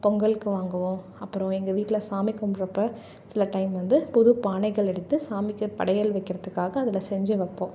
பொங்கலுக்கு வாங்குவோம் அப்புறம் எங்கள் வீட்டில் சாமி கும்பிட்றப்ப சில டைம் வந்து புது பானைகள் எடுத்து சாமிக்கு படையல் வைக்கிறதுக்காக அதில் செஞ்சு வைப்போம்